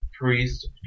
priest